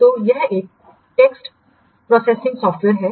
तो यह एक टेक्स्ट प्रोसेसिंग सॉफ्टवेयर है